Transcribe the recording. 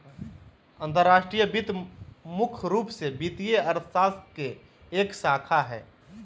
अंतर्राष्ट्रीय वित्त मुख्य रूप से वित्तीय अर्थशास्त्र के एक शाखा हय